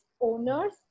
owners